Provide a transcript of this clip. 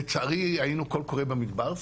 לצערי היינו קול קורא במדבר,